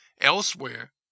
Elsewhere